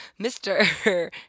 Mr